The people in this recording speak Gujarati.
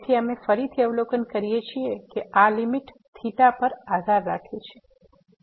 તેથી અમે ફરીથી અવલોકન કરીએ છીએ કે આ લીમીટ થેટા પર આધાર રાખે છે